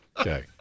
Okay